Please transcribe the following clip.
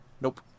Nope